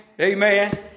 amen